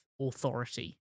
authority